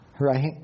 right